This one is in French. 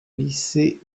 lycée